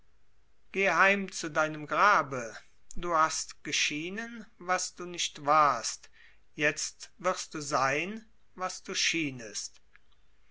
heim zu deinem grabe du hast geschienen was du nicht warst jetzt wirst du sein was du schienest